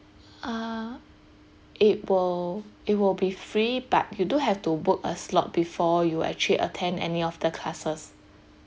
uh it will it will be free but you do have to book a slot before you actually attend any of the classes